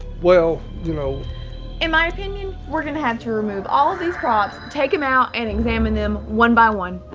well, you know in my opinion we're gonna have to remove all these props, take them out, and examine them one by one.